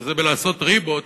וזה בלעשות ריבות,